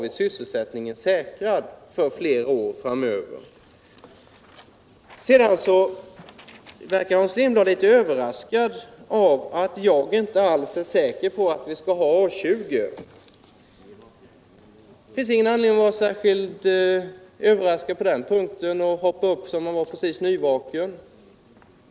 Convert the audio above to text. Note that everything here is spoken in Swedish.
Men sysselsättningen är ändå säkrad för flera år framöver. Sedan verkar Hans Lindblad vara litet överraskad över att jag inte alls är säker på att vi skall ha A 20. Det finns ingen anledning att vara särskilt överraskad på den punkten.